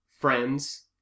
Friends